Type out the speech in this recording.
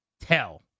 tell